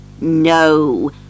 No